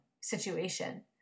situation